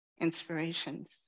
inspirations